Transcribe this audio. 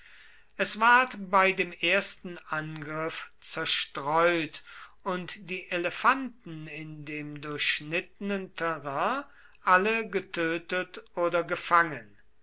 es ward bei dem ersten angriff zerstreut und die elefanten in dem durchschnittenen terrain alle getötet oder gefangen